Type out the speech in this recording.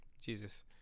Jesus